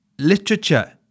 literature